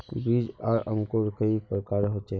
बीज आर अंकूर कई प्रकार होचे?